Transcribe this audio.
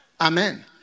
Amen